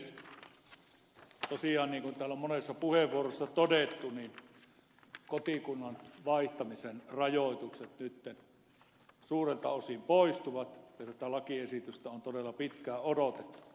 tosiaan niin kuin täällä on monessa puheenvuorossa todettu kotikunnan vaihtamisen rajoitukset nyt suurelta osin poistuvat ja tätä lakiesitystä on todella pitkään odotettu